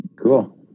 cool